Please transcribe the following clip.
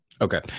Okay